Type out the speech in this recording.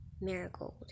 Marigold